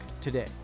today